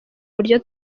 buryo